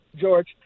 George